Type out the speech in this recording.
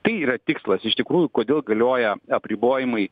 tai yra tikslas iš tikrųjų kodėl galioja apribojimai